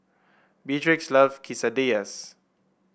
Beatrix love Quesadillas